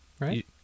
Right